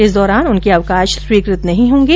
इस दौरान उनके अवकाश स्वीकृत नहीं होंगे